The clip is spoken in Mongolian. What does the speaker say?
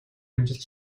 амжилт